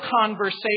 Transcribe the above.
conversation